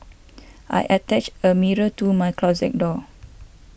I attached a mirror to my closet door